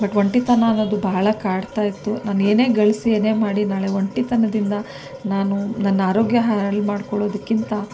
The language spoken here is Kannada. ಬಟ್ ಒಂಟಿತನ ಅನ್ನೋದು ಭಾಳಾ ಕಾಡ್ತಾಯಿತ್ತು ನಾನು ಏನೇ ಗಳಿಸಿ ಏನೇ ಮಾಡಿ ನಾಳೆ ಒಂಟಿತನದಿಂದ ನಾನು ನನ್ನ ಆರೋಗ್ಯ ಹಾಳು ಮಾಡ್ಕೊಳ್ಳೋದಕ್ಕಿಂತ